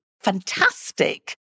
fantastic